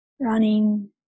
Running